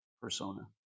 persona